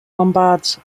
lombards